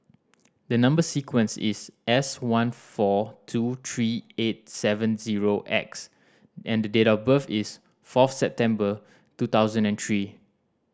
the number sequence is S one four two three eight seven zero X and date of birth is fourth September two thousand and three